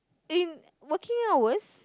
in working hours